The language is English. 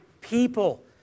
people